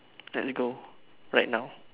let's go right now